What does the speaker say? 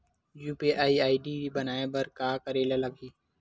UPI ID बनाये बर का करे ल लगही?